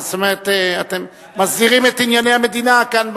כלומר אתם מסדירים את ענייני המדינה כאן,